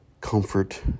comfort